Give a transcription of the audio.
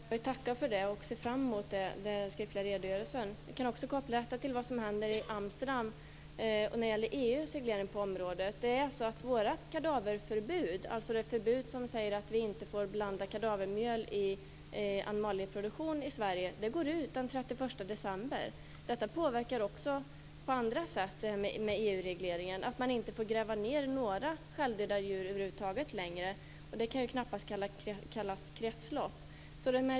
Fru talman! Jag vill tacka för det. Jag ser fram mot den skriftliga redogörelsen. Vi kan också koppla detta till vad som händer i Amsterdam och när det gäller EU:s reglering på området. Vårt kadaverförbud, dvs. det förbud som säger att vi inte får blanda kadavermjöl i animalieproduktion i Sverige, går ut den 31 december. EU regleringen påverkar också på andra områden. Man får inte längre gräva ned några självdöda djur över huvud taget. Det kan knappast kallas kretslopp.